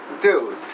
Dude